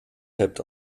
hebt